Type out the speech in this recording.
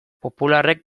popularrek